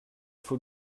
faut